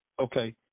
Okay